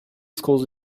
schools